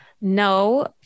No